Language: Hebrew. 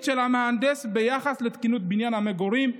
של המהנדס ביחס לתקינות בניין המגורים,